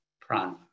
prana